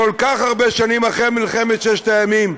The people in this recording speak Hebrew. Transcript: כל כך הרבה שנים אחרי מלחמת ששת הימים,